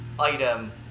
item